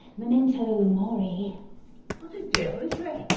memento mori? what the devil is that?